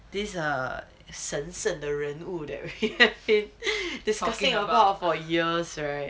these err 神圣的人物 that we had been discussing about for years right